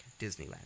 Disneyland